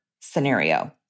scenario